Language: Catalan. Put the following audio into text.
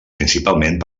principalment